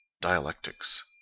dialectics